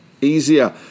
easier